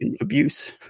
abuse